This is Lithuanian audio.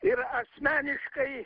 ir asmeniškai